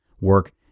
work